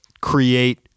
create